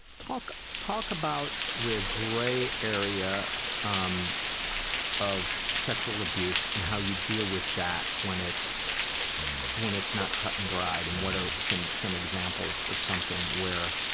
talk talk about the gray area um of sexual abuse and how you deal with that when it's when it's not cut and dried, and what are some some examples of something where.